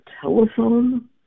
telephone